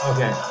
Okay